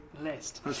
list